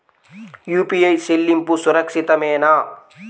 UPI చెల్లింపు సురక్షితమేనా?